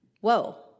Whoa